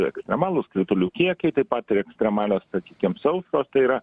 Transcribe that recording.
ekstremalūs kritulių kiekiai taip pat ir ekstremalios sakykim sausros tai yra